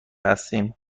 هستیم